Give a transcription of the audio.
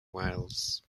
wales